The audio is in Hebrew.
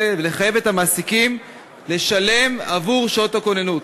ולחייב את המעסיקים לשלם עבור שעות הכוננות.